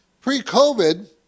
Pre-COVID